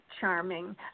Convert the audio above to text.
charming